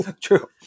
True